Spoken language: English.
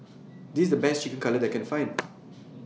This IS The Best Chicken Cutlet that I Can Find